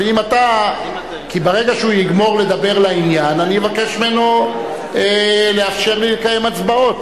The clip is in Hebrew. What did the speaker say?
כי ברגע שהוא יגמור לדבר לעניין אני אבקש ממנו לאפשר לי לקיים הצבעות,